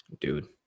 dude